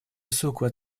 высокую